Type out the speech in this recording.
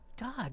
God